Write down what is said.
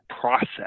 process